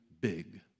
big